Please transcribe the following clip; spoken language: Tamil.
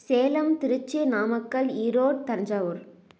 சேலம் திருச்சி நாமக்கல் ஈரோடு தஞ்சாவூர்